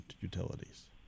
utilities